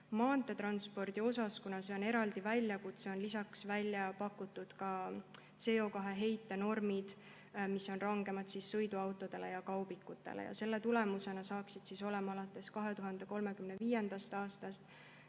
Maanteetranspordi kohta, kuna see on eraldi väljakutse, on välja pakutud ka CO2heite normid, mis on rangemad sõiduautodele ja kaubikutele. Selle tulemusena saaksid alates 2035. aastast